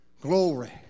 Glory